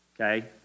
okay